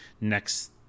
next